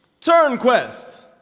Turnquest